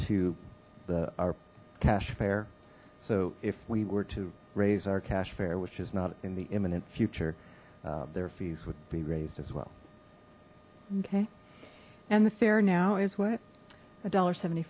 to the our cash fare so if we were to raise our cash fare which is not in the imminent future their fees would be raised as well okay and the fair now is what a dollar seventy